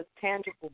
tangible